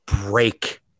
break